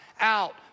out